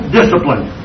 discipline